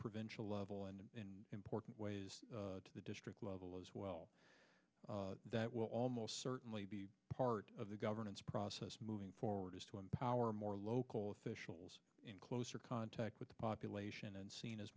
provincial level and in important ways to the district level as well that will almost certainly be part of the governance process moving forward is to empower more local officials in closer contact with the population and seen as